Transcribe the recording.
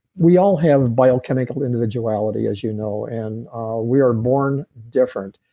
we all have biochemical individuality as you know, and we are born different.